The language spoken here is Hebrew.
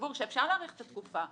סבור שאפשר להאריך את התקופה,